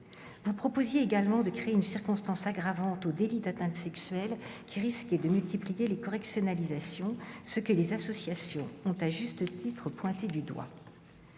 Vous proposiez également de créer une circonstance aggravante au délit d'atteinte sexuelle qui risquait de multiplier les correctionnalisations, ce que les associations ont, à juste titre, pointé du doigt.